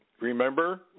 remember